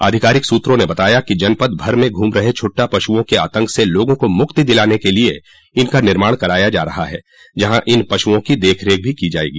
आधिकारिक सूत्रों ने बताया है कि जनपद भर घूम रहे छुट्टा पशुओं के आतंक से लोगों को मुक्ति दिलाने के लिए इनका निर्माण कराया जा रहा है जहाँ इन पशुओं की देखरेख की जायेगी